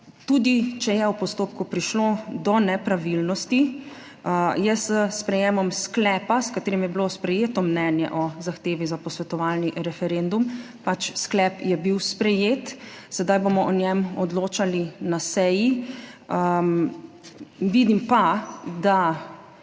Tudi če je v postopku prišlo do nepravilnosti, je s sprejetjem sklepa, s katerim je bilo sprejeto mnenje o zahtevi za posvetovalni referendum, pač sklep bil sprejet, zdaj bomo o njem odločali na seji. Vidim pa, da